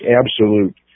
absolute